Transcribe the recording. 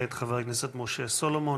כעת, חבר הכנסת משה סולומון.